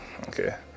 okay